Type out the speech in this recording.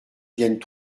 viennent